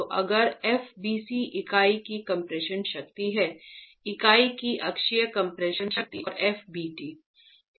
तो अगर f bc इकाई की कम्प्रेशन शक्ति है इकाई की एकअक्षीय कम्प्रेसिव शक्ति और f bt